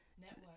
Network